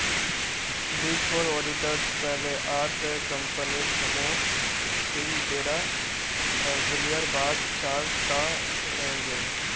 big four auditors पहले आठ कम्पनीर समूह छिल जेरा विलयर बाद चार टा रहेंग गेल